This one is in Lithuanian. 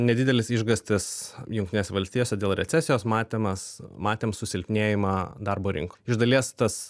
nedidelis išgąstis jungtinėse valstijose dėl recesijos matymas matėm susilpnėjimą darbo rinko iš dalies tas